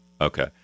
Okay